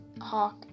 Hawk